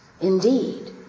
Indeed